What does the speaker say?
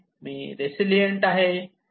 मी resilient आहे